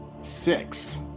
six